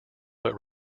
but